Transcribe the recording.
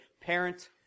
parent